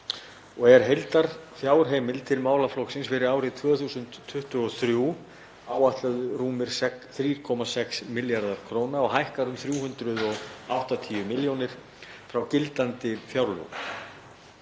og er heildarfjárheimild til málaflokksins fyrir árið 2023 áætluð rúmir 3,6 milljarðar kr. og hækkar um 380 milljónir frá gildandi fjárlögum.